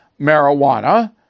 marijuana